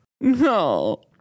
No